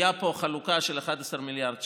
הייתה פה חלוקה של 11 מיליארד שקל,